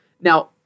Now